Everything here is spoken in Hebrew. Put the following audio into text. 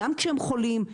גם כשהם חולים,